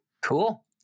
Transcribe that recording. Cool